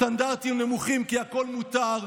סטנדרטים נמוכים כי הכול מותר,